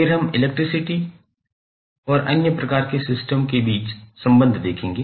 फिर हम इलेक्ट्रिसिटी और अन्य प्रकार के सिस्टम के बीच संबंध देखेंगे